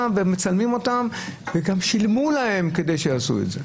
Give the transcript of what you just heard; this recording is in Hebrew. אותם וגם משלמים להם כדי שיעשו את זה.